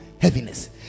heaviness